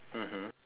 mmhmm